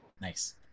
Nice